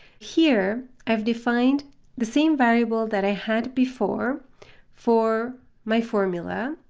here, i've defined the same variable that i had before for my formula,